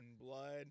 blood